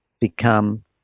become